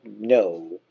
no